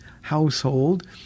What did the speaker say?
household